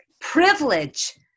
privilege